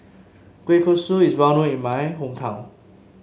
Kueh Kosui is well known in my hometown